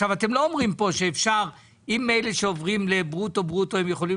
אתם לא אומרים פה אם אלה שעוברים לברוטו-ברוטו יכולים